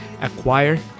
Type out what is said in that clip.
acquire